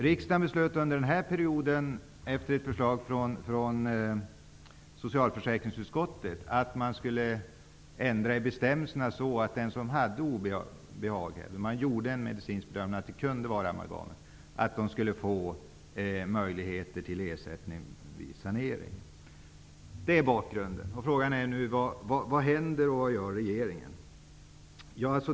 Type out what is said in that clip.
Riksdagen har under den här mandatperioden efter förslag från socialförsäkringsutskottet beslutat att ändra bestämmelserna så, att den som efter en medicinsk bedömning anses kunna ha obehag av amalgam skulle få möjligheter till ersättning vid saneringen. Detta är bakgrunden. Frågan är vad som händer och vad regeringen gör.